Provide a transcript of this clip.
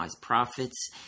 profits